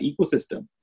ecosystem